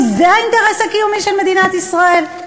זה האינטרס הקיומי של מדינת ישראל?